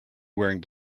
wearing